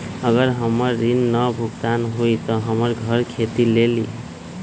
अगर हमर ऋण न भुगतान हुई त हमर घर खेती लेली?